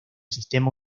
sistema